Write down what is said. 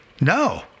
No